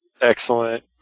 Excellent